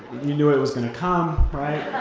you know it was gonna come, right?